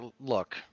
look